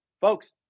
Folks